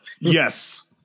Yes